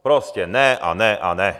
Prostě ne a ne a ne.